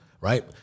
Right